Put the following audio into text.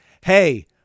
hey